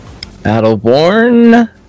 battleborn